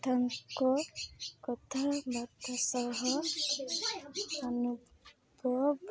ତାଙ୍କ କଥାବାର୍ତ୍ତା ସହ ଅନୁଭବ